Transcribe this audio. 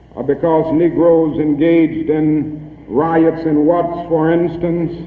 ah because negroes engaged in riots and what, for instance?